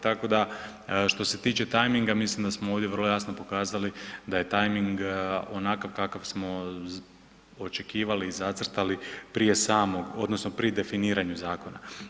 Tako da što se tiče tajminga mislim da smo ovdje vrlo jasno pokazali da je tajming onakav kakav smo očekivali i zacrtali prije samog odnosno pri definiranju zakona.